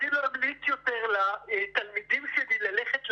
היא לא תמליץ יותר לתלמידים שלה ללכת לקרבי.